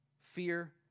Fear